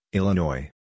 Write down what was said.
Illinois